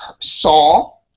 saw